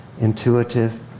intuitive